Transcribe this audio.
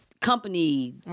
company